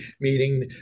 meeting